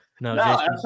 No